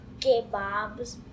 Kebabs